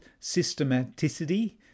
systematicity